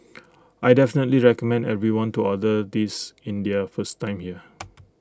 I definitely recommend everyone to order this in their first time here